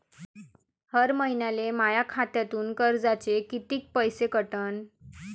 हर महिन्याले माह्या खात्यातून कर्जाचे कितीक पैसे कटन?